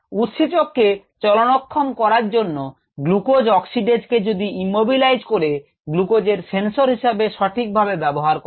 উৎসেচককে চলনক্ষম করার জন্য গ্লুকোজ অক্সিডেজ কে যদি ইম্যবিলাইজ করে গ্লুকোজের সেন্সর হিসেবে সঠিকভাবে ব্যবহার করা হয়